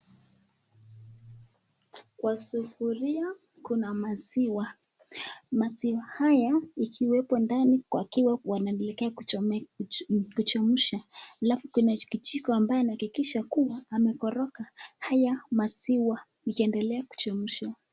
Kwa sufuria kuna maziwa, maziwa haya ikiwepo ndani ikiwa wanandelea kuchemsha alafu kuna kijiko ambayo, huwa amekoroga haya maziwa ikiendelea kuchemsha.